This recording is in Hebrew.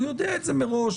הוא יודע את זה מראש.